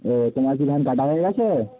ও তোমার কি ধান কাটা হয়ে গেছে